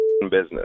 business